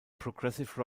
progressive